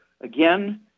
Again